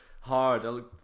hard